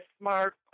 smart